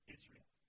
Israel